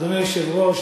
אדוני היושב-ראש,